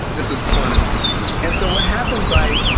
this was quanah's people and so what happened by,